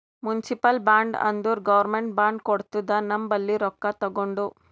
municipal bond ಅಂದುರ್ government bond ಕೊಡ್ತುದ ನಮ್ ಬಲ್ಲಿ ರೊಕ್ಕಾ ತಗೊಂಡು